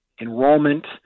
enrollment